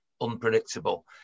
unpredictable